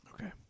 Okay